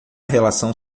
relação